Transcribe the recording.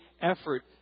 effort